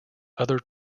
other